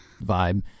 vibe